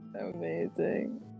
Amazing